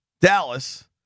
Dallas